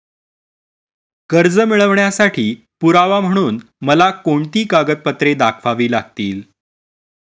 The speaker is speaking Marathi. कर्ज मिळवण्यासाठी पुरावा म्हणून मला कोणती कागदपत्रे दाखवावी लागतील?